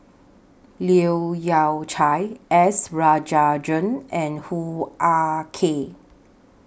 Leu Yew Chye S Rajendran and Hoo Ah Kay